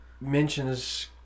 mentions